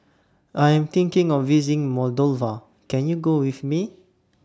I Am thinking of visiting Moldova Can YOU Go with Me